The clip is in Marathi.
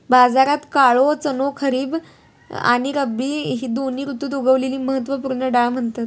भारतात काळो चणो खरीब आणि रब्बी दोन्ही ऋतुत उगवलेली महत्त्व पूर्ण डाळ म्हणतत